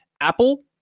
Apple